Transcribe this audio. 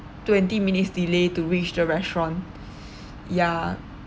twenty minutes delay to reach the restaurant ya